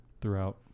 throughout